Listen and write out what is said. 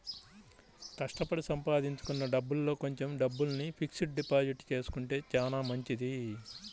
కష్టపడి సంపాదించుకున్న డబ్బుల్లో కొంచెం డబ్బుల్ని ఫిక్స్డ్ డిపాజిట్ చేసుకుంటే చానా మంచిది